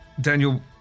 Daniel